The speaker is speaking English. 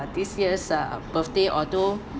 this year uh birthday although